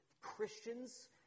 Christians